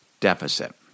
deficit